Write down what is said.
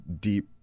deep